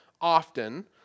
often